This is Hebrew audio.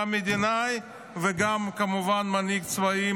גם מדינאי וגם כמובן מנהיג צבאי,